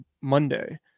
Monday